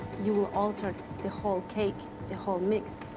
you will alter the whole cake, the whole mix.